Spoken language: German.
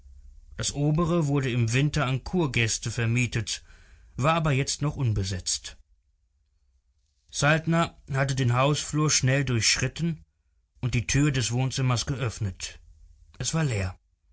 das obere wurde im winter an kurgäste vermietet war aber jetzt noch unbesetzt saltner hatte den hausflur schnell durchschritten und die tür des wohnzimmers geöffnet es war leer